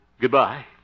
Goodbye